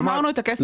שמרנו את הכסף.